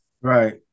Right